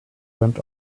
went